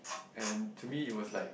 and to me it was like